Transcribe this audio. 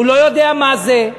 הוא לא יודע מה זה.